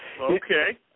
Okay